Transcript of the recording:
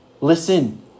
listen